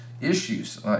issues